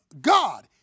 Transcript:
God